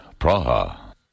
Praha